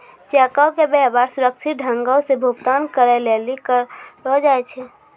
चेको के व्यवहार सुरक्षित ढंगो से भुगतान करै लेली करलो जाय छै